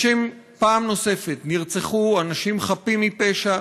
פעם נוספת נרצחו אנשים חפים מפשע,